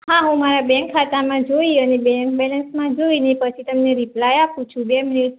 હા હું મારા બેંક ખાતામાં જોઈ અને બેંક બેલેન્સમાં જોઈ ને પછી તમને રિપ્લાય આપું છું બે મિનીટ